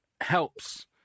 helps